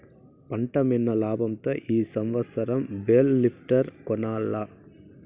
పంటమ్మిన లాబంతో ఈ సంవత్సరం బేల్ లిఫ్టర్ కొనాల్ల